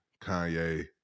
Kanye